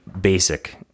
basic